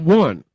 one